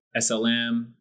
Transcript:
SLM